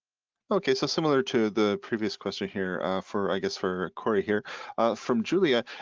okay, so similar to the previous question here for i guess for corey here from julia.